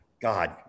God